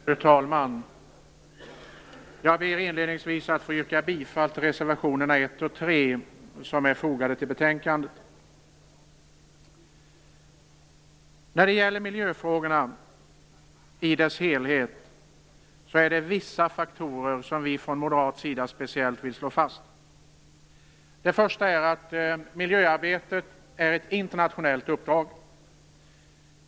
Fru talman! Jag ber inledningsvis att få yrka bifall till reservationerna 1 och 3, som är fogade till betänkandet. När det gäller miljöfrågan i dess helhet är det vissa faktorer som vi från moderat sida speciellt vill slå fast. Det första är att miljöarbetet är ett internationellt uppdrag.